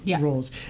roles